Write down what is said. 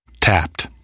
Tapped